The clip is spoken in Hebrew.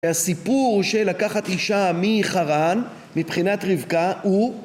הסיפור של לקחת אישה מחרן מבחינת רבקה הוא